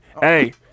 Hey